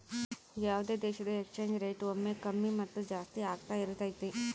ಯಾವುದೇ ದೇಶದ exchange rate ಒಮ್ಮೆ ಕಮ್ಮಿ ಮತ್ತು ಜಾಸ್ತಿ ಆಗ್ತಾ ಇರತೈತಿ